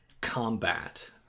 combat